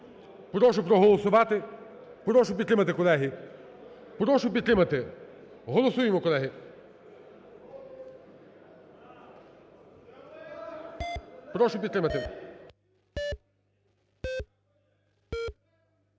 Прошу проголосувати. Прошу підтримати, колеги. Прошу підтримати. Голосуємо, колеги. Прошу підтримати.